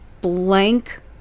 blank